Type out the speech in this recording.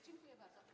Dziękuję bardzo.